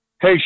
Hey